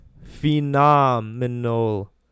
Phenomenal